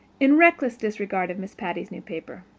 in reckless disregard of miss patty's new paper.